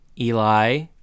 Eli